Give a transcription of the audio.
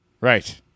Right